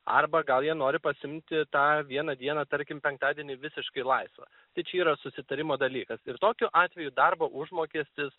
arba gal jie nori pasiimti tą vieną dieną tarkim penktadienį visiškai laisvą tai čia yra susitarimo dalykas ir tokiu atveju darbo užmokestis